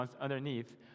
underneath